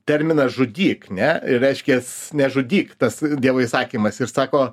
terminas žudyk ne reiškias nežudyk tas dievo įsakymas ir sako